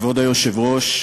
כבוד היושב-ראש,